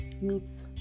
meets